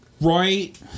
Right